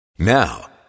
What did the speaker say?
Now